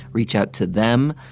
reach out to them.